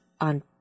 on